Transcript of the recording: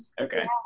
Okay